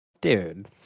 dude